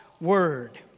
word